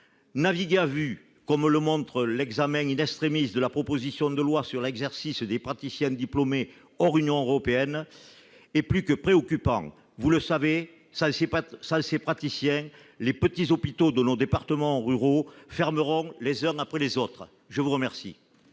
Naviguer à vue, comme le montre l'examen de la proposition de loi visant à sécuriser l'exercice des praticiens diplômés hors Union européenne est plus que préoccupant. Vous le savez, sans ces praticiens, les petits hôpitaux de nos départements ruraux fermeront les uns après les autres. La parole